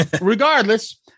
regardless